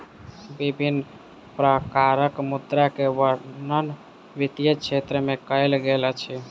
विभिन्न प्रकारक मुद्रा के वर्णन वित्तीय क्षेत्र में कयल गेल अछि